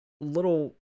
little